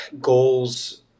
goals